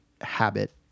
habit